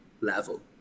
level